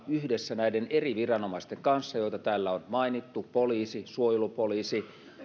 yhdessä näiden eri viranomaisten kanssa joita täällä on mainittu poliisi suojelupoliisi